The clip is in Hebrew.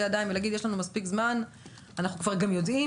ידיים ולהגיד שיש לכם מספיק זמן ושאתם כבר יודעים,